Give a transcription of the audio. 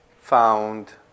found